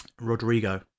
Rodrigo